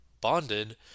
bonded